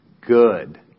good